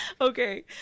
Okay